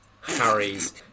Harry's